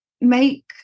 make